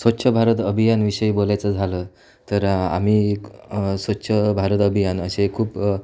स्वच्छ भारत अभियानविषयी बोलायचं झालं तर आम्ही स्वच्छ भारत अभियान असे खूप